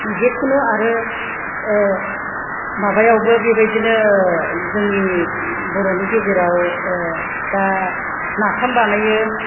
जिखुनु आरो माबायावबो बेबायदिनो जोंनि बर'नि गेजेराव दा नाफाम बानायो